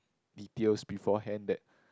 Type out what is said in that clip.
details beforehand that